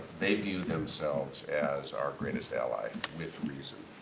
they view themselves as our greatest ally, with reason.